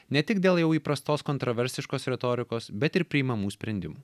ne tik dėl jau įprastos kontroversiškos retorikos bet ir priimamų sprendimų